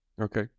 Okay